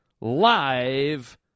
live